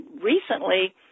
recently